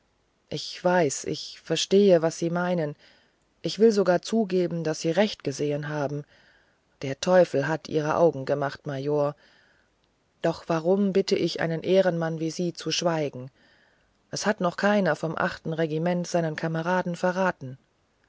ich weiß ich verstehe was sie meinen ich will sogar zugeben daß sie recht gesehen haben der teufel hat ihre augen gemacht major doch warum bitte ich einen ehrenmann wie sie zu schweigen es hat noch keiner vom achten regiment seinen kameraden verraten